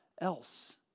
else